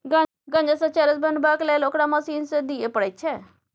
गांजासँ चरस बनेबाक लेल ओकरा मशीन मे दिए पड़ैत छै